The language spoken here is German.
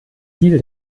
ziel